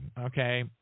okay